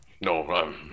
no